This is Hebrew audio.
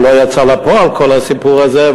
שלא יצא לפועל כל הסיפור הזה,